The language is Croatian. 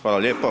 Hvala lijepa.